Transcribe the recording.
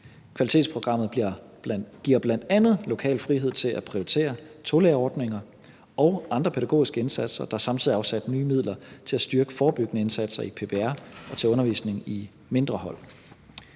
Kvalitetsprogrammet giver bl.a. lokal frihed til at prioritere tolærerordninger og andre pædagogiske indsatser. Der er samtidig afsat nye midler til at styrke forebyggende indsatser i PPR og til undervisning i mindre hold.